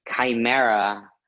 chimera